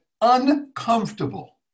uncomfortable